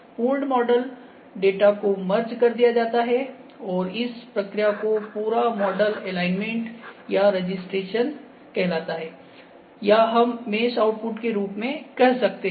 पूर्ण model data को merge कर दिया जाता है और इस प्रक्रिया से पूरा मॉडल एलाइनमेंट या रजिस्ट्रेशन कहलाता है या हम मेश आउटपुट के रूप में कह सकते हैं